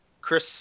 Chris